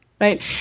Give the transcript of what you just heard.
Right